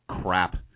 crap